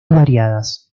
variadas